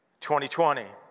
2020